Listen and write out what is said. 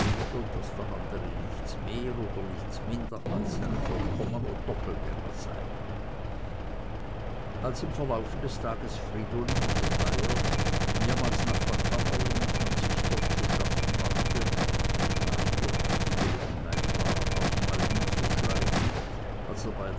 daß der andere nichts mehr oder minder als sein vollkommener doppelgänger sei als im lauf des tages fridolin der bayer mehrmals nach der kammer lief und sich dort zu schaffen machte nahm jobst die gelegenheit wahr auch einmal hinzuschleichen als jener bei